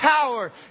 power